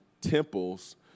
temples